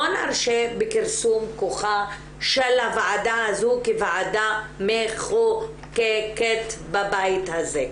לא נרשה בכרסום כוחה של הוועדה הזו כוועדה מחוקקת בבית הזה.